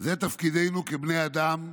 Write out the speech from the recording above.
זה תפקידנו כבני אדם,